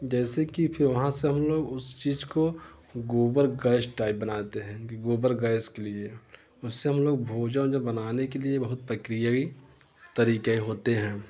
जैसे कि फिर वहाँ से हम लोग उस चीज को गोबर गैस टाइप बनाते हैं कि गोबर गैस के लिए उससे हम लोग भोजन जब बनाने के लिए बहुत प्रक्रिया की तरीके होते हैं